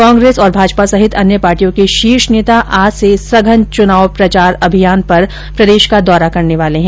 कांग्रेस भाजपा सहित अन्य पार्टियों के शीर्ष नेता आज से सघन चुनाव प्रचार अभियान पर प्रदेश का दौरा करने वाले हैं